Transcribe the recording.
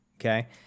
okay